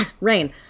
Rain